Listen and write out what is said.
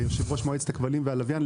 יושב-ראש מועצת הכבלים והלוויין,